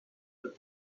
but